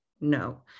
No